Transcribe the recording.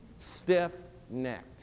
stiff-necked